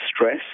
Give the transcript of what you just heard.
stress